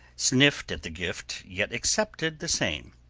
sniffed at the gift, yet accepted the same.